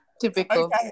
typical